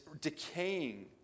decaying